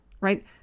right